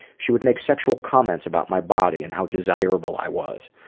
she would make sexual comments about my body and how desirable i was.